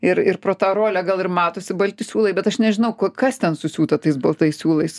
ir ir pro tą rolę gal ir matosi balti siūlai bet aš nežinau ko kas ten susiūta tais baltais siūlais